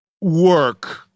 work